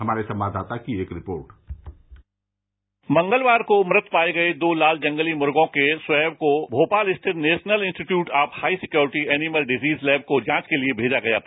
हमारे संवाददाता की एक रिपोर्ट मंगलवार को मृत पाए गए दो लाल जंगली मुर्गों के स्वैब के नमूनो को भोपाल स्थित national institute of high security animal disease lab को जांच के लिए मैजा था